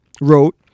wrote